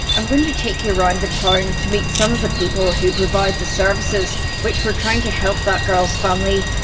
i'm going to take you round the town to meet some of the people who provide the services which were trying to help that girl's family,